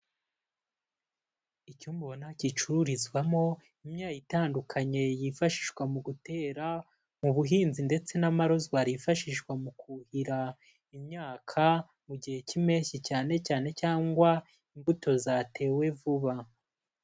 Icyumba ubona gicururizwamo imyayo itandukanye yifashishwa mu gutera, mu buhinzi ndetse n'amarozwaro yifashishwa mu kuhira imyaka mu gihe cy'impeshyi cyane cyane, cyangwa imbuto zatewe vuba.